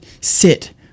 sit